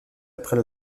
après